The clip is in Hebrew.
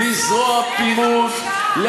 חברת הכנסת גלאון,